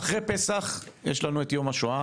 אחרי פסח, יש לנו את יום השואה.